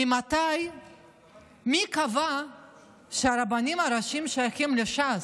מי קבע שהרבנים הראשיים שייכים לש"ס?